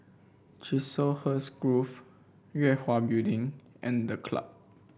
Chiselhurst Grove Yue Hwa Building and The Club